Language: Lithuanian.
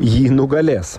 jį nugalės